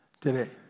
Today